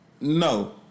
No